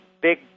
big